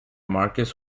marcus